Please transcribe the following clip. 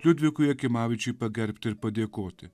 liudvikui jakimavičiui pagerbti ir padėkoti